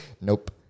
Nope